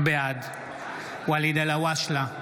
בעד ואליד אלהואשלה,